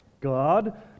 God